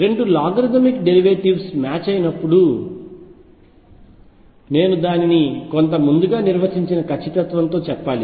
2 logarithmic derivatives match అయినప్పుడు నేను దానిని కొంత ముందుగా నిర్వచించిన ఖచ్చితత్వంతో చెప్పాలి